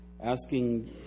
Asking